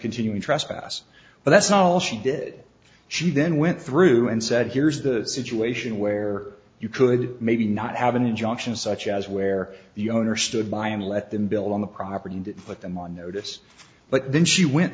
continuing trespass but that's all she did she then went through and said here's the situation where you could maybe not have an injunction such as where the owner stood by and let them build on the property and put them on notice but then she went